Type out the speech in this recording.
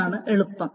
അതാണ് എളുപ്പം